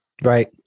Right